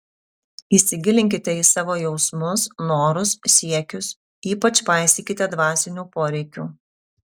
įsigilinkite į savo jausmus norus siekius ypač paisykite dvasinių poreikių